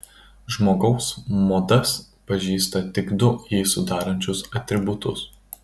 žmogaus modas pažįsta tik du jį sudarančius atributus